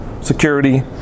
Security